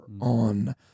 on